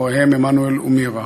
הוריהן עמנואל ומירה.